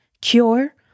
cure